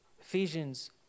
ephesians